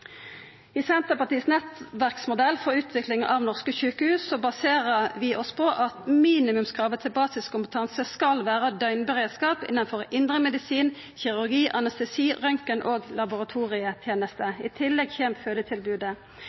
I Senterpartiets nettverksmodell for utvikling av norske sjukehus baserer vi oss på at minimumskravet til basiskompetanse skal vera døgnberedskap innan indremedisin, kirurgi, anestesi, røntgen og laboratorietenester, i tillegg kjem fødetilbodet.